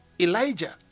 Elijah